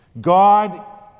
God